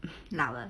mm 老了